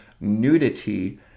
nudity